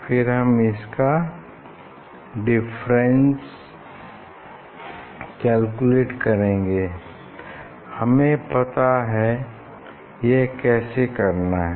फिर हम इनका डिफरेंस कैलकुलेट करेंगे हमें पता है यह कैसे करना है